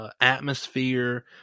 atmosphere